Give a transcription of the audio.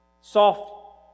Soft